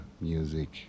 music